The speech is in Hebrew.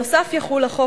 נוסף על כך יחול החוק,